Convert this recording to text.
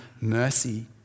mercy